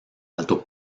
alto